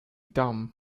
dumb